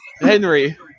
Henry